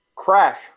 Crash